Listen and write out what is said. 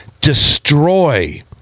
destroy